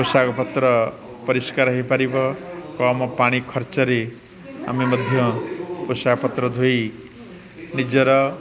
ପୋଷାକ ପତ୍ର ପରିଷ୍କାର ହେଇପାରିବ ଓ ଆମ ପାଣି ଖର୍ଚ୍ଚରେ ଆମେ ମଧ୍ୟ ପୋଷାକ ପତ୍ର ଧୋଇ ନିଜର